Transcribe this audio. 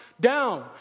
down